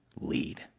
lead